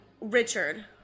Richard